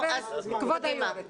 כבוד יושבת הראש,